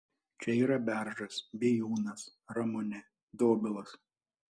čia yra beržas bijūnas ramunė dobilas